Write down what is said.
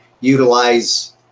utilize